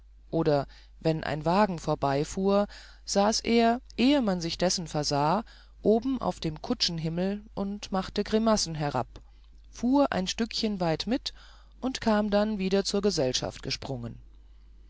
oder wenn ein wagen vorbeifuhr saß er ehe man sich dessen versah oben auf dem kutschenhimmel und machte grimassen herab fuhr ein stückchen weit mit und kam dann wieder zur gesellschaft gesprungen